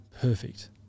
perfect